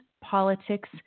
politics